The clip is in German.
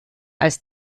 als